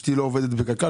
אשתי לא עובדת בקק"ל,